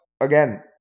again